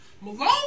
Malone